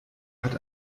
hat